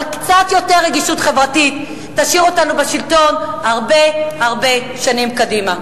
אבל קצת יותר רגישות חברתית תשאיר אותנו בשלטון הרבה הרבה שנים קדימה.